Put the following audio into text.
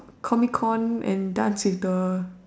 comic con and dance with the